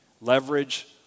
Leverage